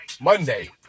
Monday